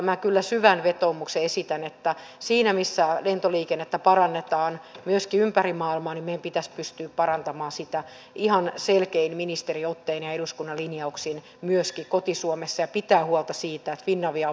minä kyllä syvän vetoomuksen esitän että siinä missä lentoliikennettä parannetaan myöskin ympäri maailmaa meidän pitäisi pystyä parantamaan sitä ihan selkein ministeriottein ja eduskunnan linjauksin myöskin koti suomessa ja pitämään huolta siitä että finavia on meille renki ei isäntä